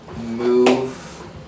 move